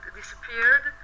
disappeared